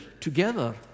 together